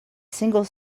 single